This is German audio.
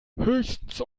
höchstens